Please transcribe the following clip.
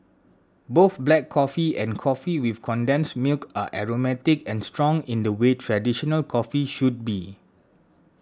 both black coffee and coffee with condensed milk are aromatic and strong in the way traditional coffee should be